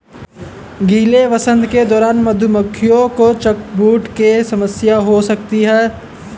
गीले वसंत के दौरान मधुमक्खियों को चॉकब्रूड की समस्या हो सकती है